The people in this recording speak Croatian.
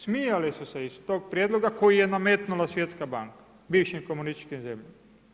Smijale su se iz tog prijedloga koje je nametnula Svjetska banka, bivšim komunističkim zemljama.